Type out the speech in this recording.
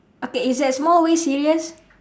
okay is that small way serious